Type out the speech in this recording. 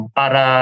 para